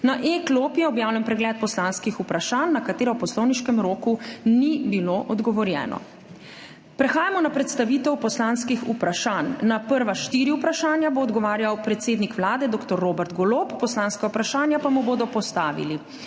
Na e-klopi je objavljen pregled poslanskih vprašanj, na katera v poslovniškem roku ni bilo odgovorjeno. Prehajamo na predstavitev poslanskih vprašanj. Na prva štiri vprašanja bo odgovarjal predsednik Vlade dr. Robert Golob, poslanska vprašanja pa mu bodo postavili: